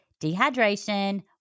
dehydration